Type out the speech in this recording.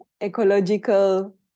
ecological